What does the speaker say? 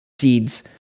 seeds